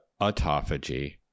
autophagy